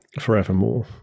forevermore